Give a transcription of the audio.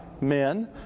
men